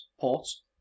ports